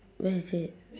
where is it